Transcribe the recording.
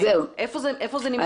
איפה זה נמצא?